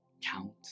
count